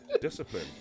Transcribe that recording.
Discipline